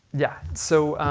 yeah, so